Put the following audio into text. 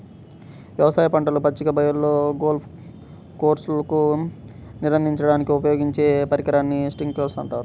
వ్యవసాయ పంటలు, పచ్చిక బయళ్ళు, గోల్ఫ్ కోర్స్లకు నీరందించడానికి ఉపయోగించే పరికరాన్ని స్ప్రింక్లర్ అంటారు